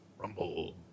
Rumble